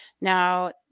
Now